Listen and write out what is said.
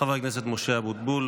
חבר הכנסת משה אבוטבול